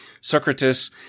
Socrates